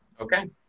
Okay